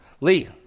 Lee